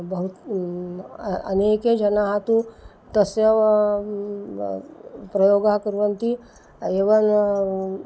बहवः अनेके जनाः तु तस्य वा प्रयोगः कुर्वन्ति एव न